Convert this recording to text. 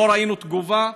לא ראינו תגובה,